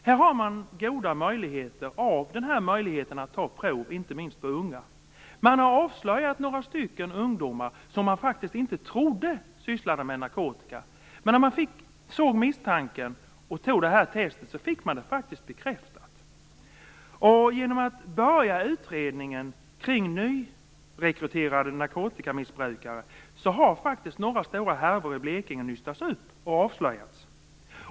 Här har man goda erfarenheter av möjligheten att ta prov inte minst på unga människor. Man har avslöjat några ungdomar som man inte trodde sysslade med narkotika. Men när misstanken fanns och testet gjordes, blev misstanken bekräftad. Genom att inleda utredningar kring nyrekryterade narkotikamissbrukare har faktiskt några stora härvor i Blekinge nystats upp och avslöjats.